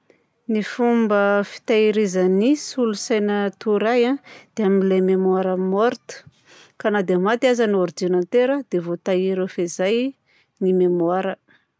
Ny fomba fitahirizan'ny solosaina torohay a dia amin'ilay memoire-ny morte ka na dia maty aza ny ordinateur dia voatahiry ao fehizay ny memoara.